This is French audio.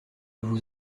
vous